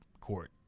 court